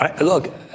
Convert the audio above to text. Look